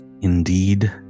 indeed